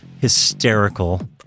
hysterical